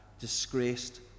disgraced